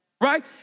right